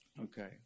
Okay